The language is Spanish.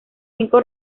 cinco